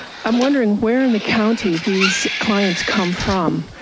i'm wondering where in the county these clients come from?